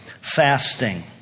fasting